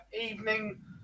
evening